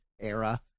era